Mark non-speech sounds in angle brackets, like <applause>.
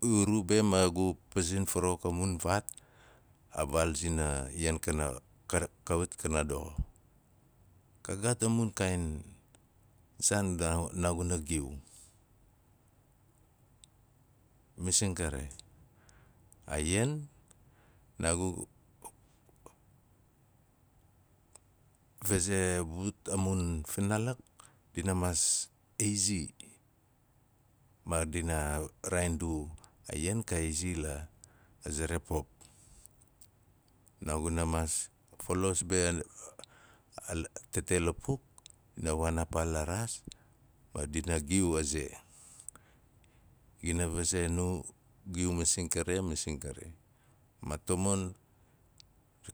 Gu ru be ma gu piz in farawuk a mun faat, a vaal zina ian kana ka- rak- kawat kana doxo. K gaat a mun kaain saan naa xo naaguna giu, masing kari; a ian, naaguna maas faze a mun finalik dina mass izi ma dina raain du a ian ka izi la zera pop, naaguna maas falos be <unintelligible> a mun tete lapuk dina waan a paa la raas ma dina giu a ze. Dina vazei nu, giu masing kare, masing kare. Ma tamon